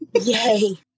Yay